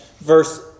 verse